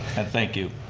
and thank you.